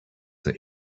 that